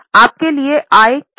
आपके लिए आय क्या हैं